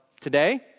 today